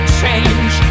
change